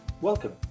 Welcome